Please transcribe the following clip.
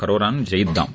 కరోనాను జయిద్ధాం